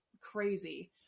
crazy